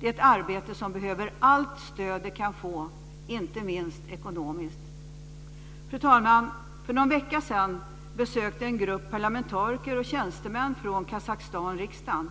Det är ett arbete som behöver allt stöd det kan få, inte minst ekonomiskt. Fru talman! För någon vecka sedan besökte en grupp parlamentariker och tjänstemän från Kazakstan riksdagen.